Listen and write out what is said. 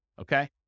okay